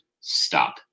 Stop